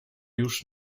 już